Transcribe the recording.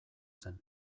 zen